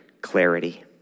clarity